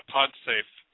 Podsafe